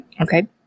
Okay